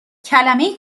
کلمه